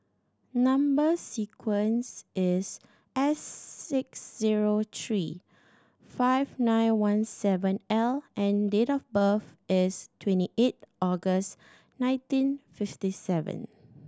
number sequence is S six zero three five nine one seven L and date of birth is twenty eight August nineteen fifty seven